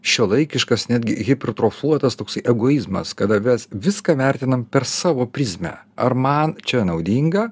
šiuolaikiškas netgi hipertrofuotas toksai egoizmas kada mes viską vertinam per savo prizmę ar man čia naudinga